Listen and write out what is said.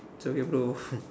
it's okay bro